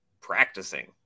practicing